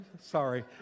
Sorry